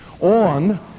on